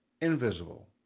invisible